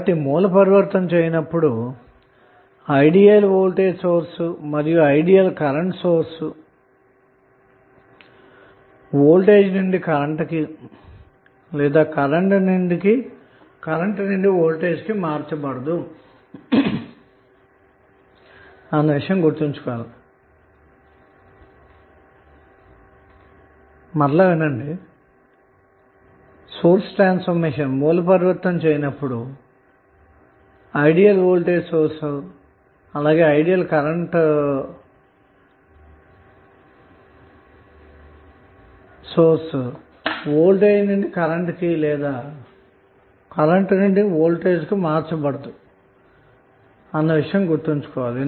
కాబట్టి source transformation చేయునప్పుడు ideal voltage source ను కరెంటు సోర్స్ గా ను అలాగే ఐడియల్ కరెంటు సోర్స్ ను వోల్టేజ్ సోర్స్ గా ను మార్చకూడదు అన్న విషయం గుర్తుంచుకోవాలి